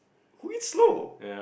who eats slow